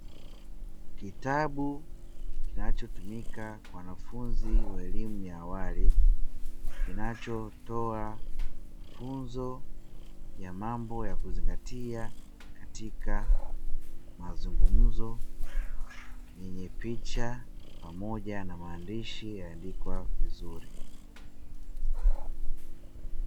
Kitabu kinachotumika wanafunzi wa elimu ya awali, kinachotoa funzo ya mambo ya kuzingatia katika mazungumzo, yenye picha pamoja na maandishi yaliyoandikwa vizuri.